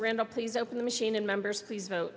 randol please open the machine and members